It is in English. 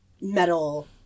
metal